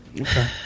Okay